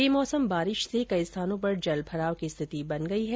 बेमौसम बारिश से कई स्थानों पर जलभराव की स्थिति बन गई है